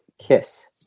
Kiss